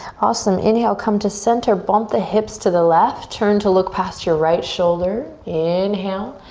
awesome, inhale, come to center, bump the hips to the left, turn to look past your right shoulder. inhale,